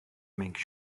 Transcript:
make